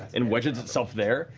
and wedges itself there,